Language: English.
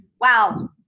wow